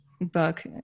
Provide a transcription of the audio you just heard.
book